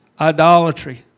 idolatry